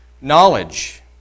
Knowledge